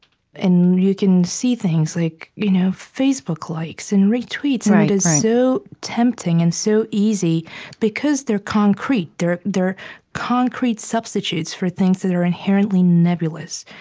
you can see things like you know facebook likes and retweets. and it is so tempting and so easy because they're concrete. they're they're concrete substitutes for things that are inherently nebulous.